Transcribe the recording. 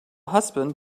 husband